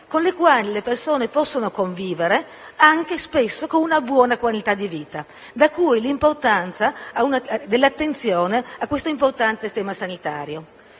con cui le persone possono convivere, spesso con una buona qualità di vita. Da qui, l'importanza dell'attenzione a questo importante tema sanitario.